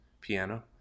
piano